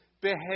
behave